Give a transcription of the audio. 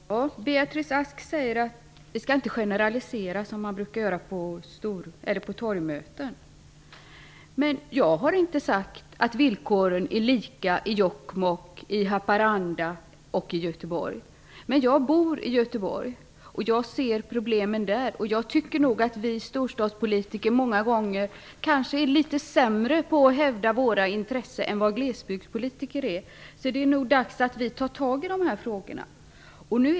Herr talman! Beatrice Ask säger att vi inte skall generalisera som man brukar göra på torgmöten. Jag har inte sagt att villkoren är lika i Jokkmokk, Haparanda och Göteborg. Men jag bor i Göteborg, och jag ser problemen där. Jag tycker nog att vi storstadspolitiker många gånger är litet sämre på att hävda våra intressen än vad glesbygdspolitiker är. Det är nog dags att vi tar tag i de här frågorna.